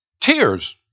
tears